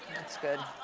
that's good.